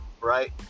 right